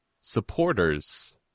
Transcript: supporters